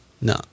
No